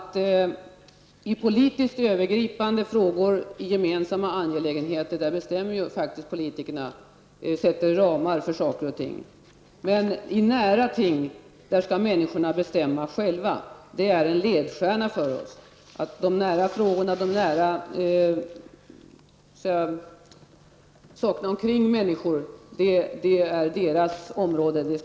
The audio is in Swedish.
I politiskt övergripande frågor, i gemensamma angelägenheter, är det faktiskt politikerna som bestämmer, som sätter ramar för saker och ting. Men i fråga om nära ting skall människorna bestämma själva. Det är en ledstjärna för oss att människor skall ha full beslutanderätt över det som finns närmast omkring dem.